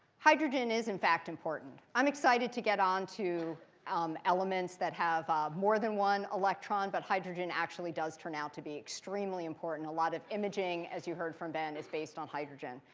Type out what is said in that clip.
hydrogen is in fact important. i'm excited to get on to um elements that have more than one electron. but hydrogen actually does turn out to be extremely important. a lot of imaging, as you heard from ben, is based on hydrogen.